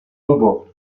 snowboard